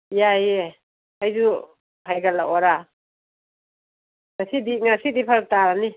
ꯌꯥꯏꯌꯦ ꯑꯩꯁꯨ ꯍꯥꯏꯒꯠꯂꯛꯑꯣꯔꯥ ꯉꯁꯤꯗꯤ ꯉꯁꯤꯗꯤ ꯐꯔꯛ ꯇꯥꯔꯅꯤ